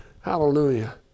Hallelujah